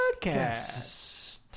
Podcast